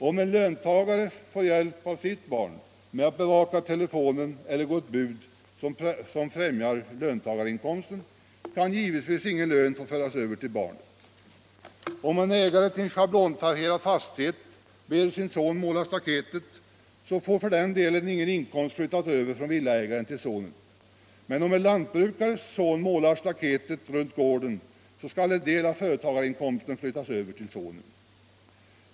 Om en löntagare får hjälp av sitt barn = med att bevaka telefonen eller att gå ett bud som främjar löntagarinkomsten, — Avveckling av s.k. kan givetvis ingen lön få föras över till barnet. Om man är ägare till en = faktisk sambeskattschablontaxerad fastighet och ber sin son måla staketet, får för den skull — ning ingen inkomst flyttas över från villaägaren till sonen. Men om en latbrukares son målat staketet runt gården, skulle en del av företagarinkomsten flyttas över till sonen!